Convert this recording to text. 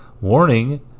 warning